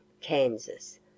Kansas